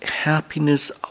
happiness